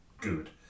good